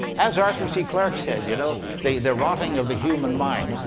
as arthur c. clarke said, you know the the rotting of the human mind,